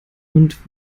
und